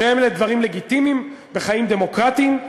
שאלה דברים לגיטימיים בחיים דמוקרטיים,